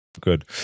Good